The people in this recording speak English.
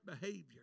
behavior